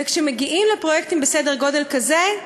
וכשמגיעים לפרויקטים בסדר גודל כזה,